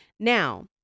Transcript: Now